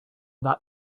that